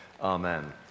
Amen